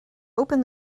open